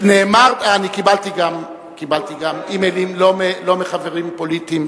קיבלתי גם אימיילים לא מחברים פוליטיים.